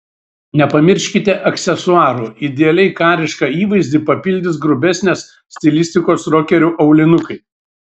nepamirškite aksesuarų idealiai karišką įvaizdį papildys grubesnės stilistikos rokerių aulinukai